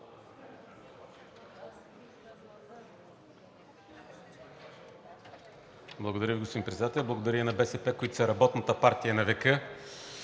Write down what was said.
Благодаря, господин Председател. Благодаря и на БСП, които са работната партия на